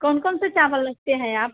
कौन कौन से चावल रखते हैं आप